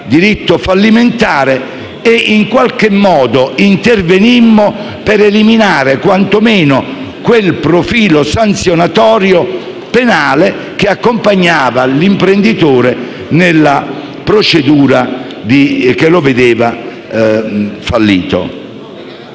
diritto fallimentare. Ricordo che intervenimmo per eliminare quanto meno quel profilo sanzionatorio penale che accompagnava l'imprenditore nella procedura che lo vedeva fallito;